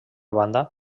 banda